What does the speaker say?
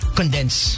condense